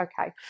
okay